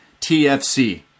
TFC